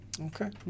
Okay